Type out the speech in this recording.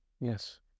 Yes